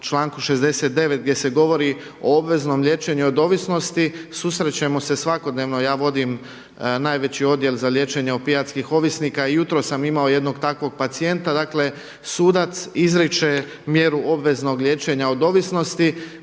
članku 69. gdje se govori o obveznom liječenju od ovisnosti susrećemo se svakodnevno ja vodim najveći odjel za liječenje opijatskih ovisnika. I jutros sam imao jednog takvog pacijenta. Dakle, sudac izriče mjeru obveznog liječenja od ovisnosti